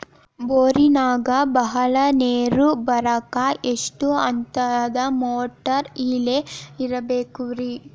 ಬೋರಿನಾಗ ಬಹಳ ನೇರು ಬರಾಕ ಎಷ್ಟು ಹಂತದ ಮೋಟಾರ್ ಇಳೆ ಬಿಡಬೇಕು ರಿ?